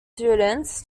students